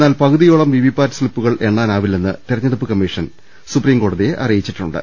എന്നാൽ പകുതിയോളം V V PAT സ്ലിപ്പുകൾ എണ്ണാനാവില്ലെന്ന് തെരഞ്ഞെടുപ്പ് കമ്മീഷൻ സുപ്രീം കോടതിയെ അറിയി ച്ചിട്ടുണ്ട്